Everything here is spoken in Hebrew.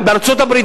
בארצות-הברית,